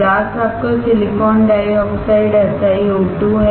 glass आपका silicon dioxide SiO2 है